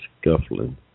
scuffling